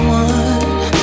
one